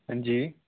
हां जी